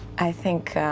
i think,